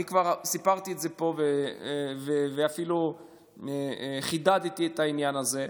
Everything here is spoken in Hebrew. אני כבר סיפרתי את זה פה ואפילו חידדתי את העניין הזה,